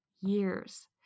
years